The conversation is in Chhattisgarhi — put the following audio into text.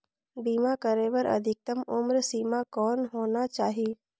बीमा करे बर अधिकतम उम्र सीमा कौन होना चाही?